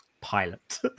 pilot